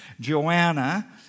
Joanna